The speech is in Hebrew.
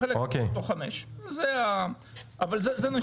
וחלק גם מגייסות תוך חמש.